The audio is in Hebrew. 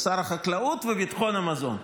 הוא שר החקלאות וביטחון המזון.